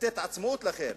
לתת עצמאות לאחר,